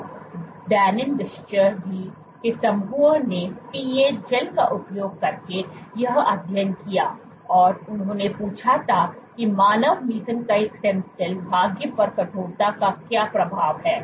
तो Dennis Discher's के समूह ने पीए जैल का उपयोग करके यह अध्ययन किया और उन्होंने पूछा कि मानव मेसेनचाइमल स्टेम सेल भाग्य पर कठोरता का क्या प्रभाव है